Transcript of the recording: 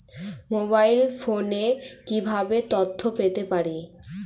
Mobile ফোনে কিভাবে তথ্য পেতে পারি?